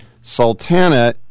Sultana